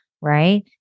right